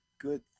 good